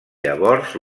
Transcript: llavors